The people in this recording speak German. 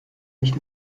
nicht